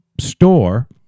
store